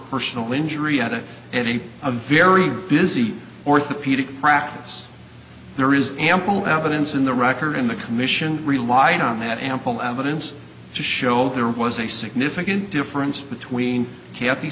personal injury out of it in a very busy orthopedic practice there is ample evidence in the record in the commission relied on that ample evidence to show there was a significant difference between kathy